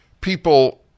people